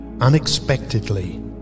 unexpectedly